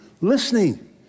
listening